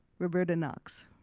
roberta knox.